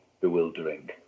bewildering